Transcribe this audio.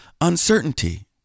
uncertainty